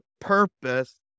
purpose